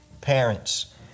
parents